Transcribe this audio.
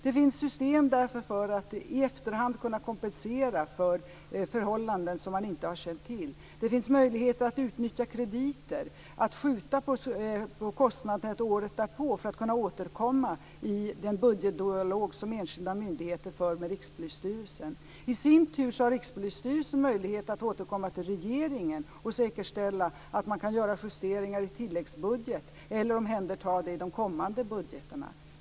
Det finns därför system för att i efterhand kunna kompensera för förhållanden som man inte har känt till. Det finns möjligheter att utnyttja krediter, att skjuta på kostnaderna till året därpå för att kunna återkomma i den budgetdialog som enskilda myndigheter för med Rikspolisstyrelsen. I sin tur har Rikspolisstyrelsen möjlighet att återkomma till regeringen och säkerställa att man kan göra justeringar i tilläggsbudget eller omhänderta det i de kommande budgetarna.